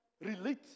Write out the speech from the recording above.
relate